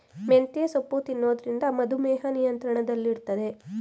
ಮೆಂತ್ಯೆ ಸೊಪ್ಪು ತಿನ್ನೊದ್ರಿಂದ ಮಧುಮೇಹ ನಿಯಂತ್ರಣದಲ್ಲಿಡ್ತದೆ